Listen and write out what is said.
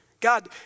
God